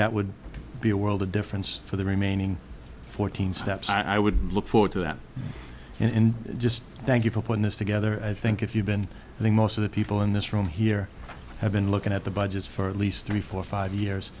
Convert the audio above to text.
that would be a world of difference for the remaining fourteen steps i would look forward to that in just thank you for putting this together i think if you've been doing most of the people in this room here have been looking at the budgets for at least three four five years